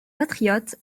patriotes